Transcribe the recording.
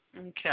Okay